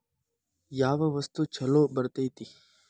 ಯಾವ ವಸ್ತು ಛಲೋ ಬರ್ತೇತಿ?